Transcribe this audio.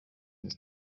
ist